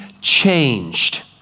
changed